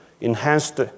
enhanced